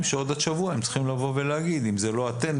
שעוד השבוע הם צריכים לבוא להגיד אם זה לא אתם,